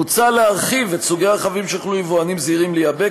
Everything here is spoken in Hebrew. מוצע להרחיב את סוגי הרכבים שיוכלו יבואנים זעירים לייבא,